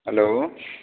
hello